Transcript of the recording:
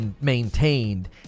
maintained